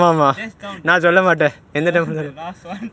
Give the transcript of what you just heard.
just down the stretch the last [one]